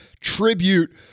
tribute